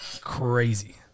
crazy